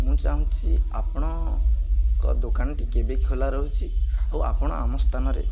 ମୁଁ ଚାହୁଁଛି ଆପଣଙ୍କ ଦୋକାନଟି କେବେ ଖୋଲା ରହୁଛି ଆଉ ଆପଣ ଆମ ସ୍ଥାନରେ